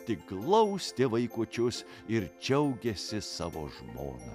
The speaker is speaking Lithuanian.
tik glaustė vaikučius ir džiaugėsi savo žmona